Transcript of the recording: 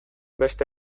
beste